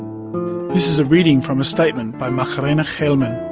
this is a reading from a statement by macarena gelman.